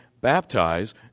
baptize